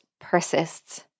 persists